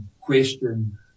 question